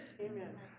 Amen